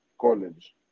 college